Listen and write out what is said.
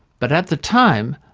but at the time,